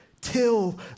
Till